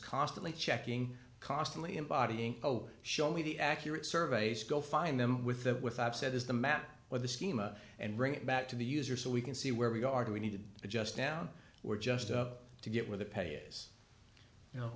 constantly checking costly embodying oh show me the accurate surveys go find them with that with i've said is the map or the schema and bring it back to the user so we can see where we are do we need to adjust down or just of to get where the pay is you know